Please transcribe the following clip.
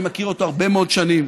אני מכיר אותו הרבה מאוד שנים,